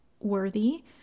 worthy